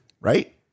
right